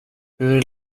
hur